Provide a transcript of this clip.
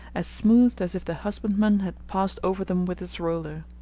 as smooth as if the husbandman had passed over them with his roller.